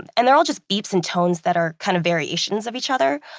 and and they're all just beeps and tones that are kind of variations of each other.